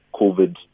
COVID